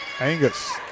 Angus